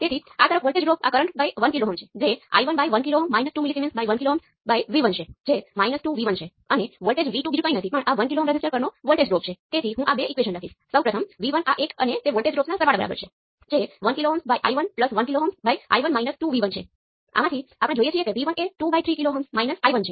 તેથી આ પ્રકારના સંબંધો તમે બનાવી શકો છો અને તમે અન્ય પેરામીટર માટે પણ સંબંધ બનાવી શકો છો પરંતુ આ પ્રકારની ભૂલ કરવા માટે ખાસ કરીને મહત્વપૂર્ણ નોંધ